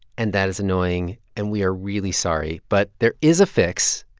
and that is annoying. and we are really sorry, but there is a fix.